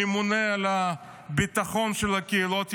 הממונה על הביטחון של הקהילות היהודיות,